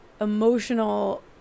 emotional